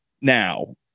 now